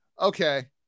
okay